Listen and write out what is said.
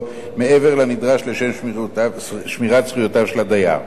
מעבר לנדרש לשם שמירת זכויותיו של הדייר.